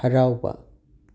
ꯍꯔꯥꯎꯕ